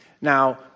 Now